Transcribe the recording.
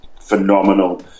phenomenal